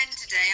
today